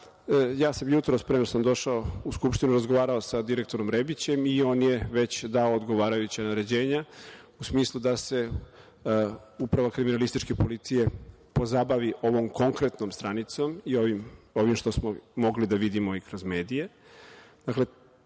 ja sam jutros pre nego što sam došao u Skupštinu razgovarao sa direktorom Rebićem i on je već dao odgovarajuća naređenja, u smislu da se Uprava kriminalističke policije pozabavi ovom konkretnom stranicom i ovim što smo mogli da vidimo i kroz medije. Dakle,